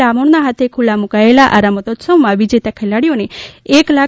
ડામોર ના હાથે ખુલ્લા મુકાયેલા આ રમતોત્સવમાં વિજેતા ખેલાડીઓને રૂા